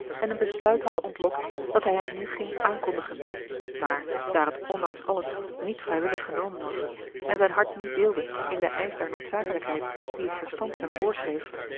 en een besluit hadden ontlokt dat hij hun nu ging aankondigen maar daar het ondanks alles niet vrijwillig genomen was en zijn hart niet deelde in den eisch der noodzakelijkheid die het verstand hem voorschreef